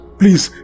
Please